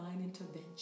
intervention